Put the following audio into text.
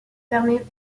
permet